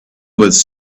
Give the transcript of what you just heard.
was